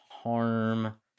harm